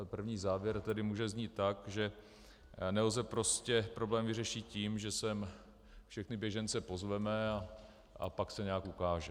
První závěr tedy může znít tak, že nelze prostě problém vyřešit tím, že sem všechny běžence pozveme a pak se nějak ukáže.